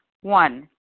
One